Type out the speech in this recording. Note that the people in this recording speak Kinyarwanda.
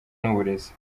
n’uburezi